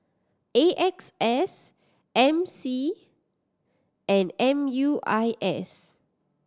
A X S M C and M U I S